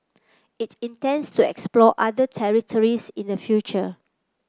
it intends to explore other territories in the future